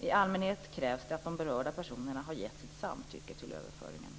I allmänhet krävs det att de berörda personerna har gett sitt samtycke till överföringen.